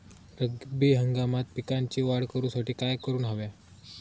रब्बी हंगामात पिकांची वाढ करूसाठी काय करून हव्या?